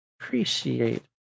appreciate